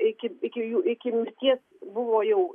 iki iki jų iki mirties buvo jau